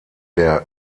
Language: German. der